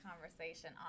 conversation